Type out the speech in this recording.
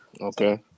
okay